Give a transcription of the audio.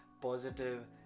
positive